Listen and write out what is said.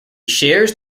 shares